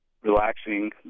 Relaxing